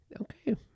Okay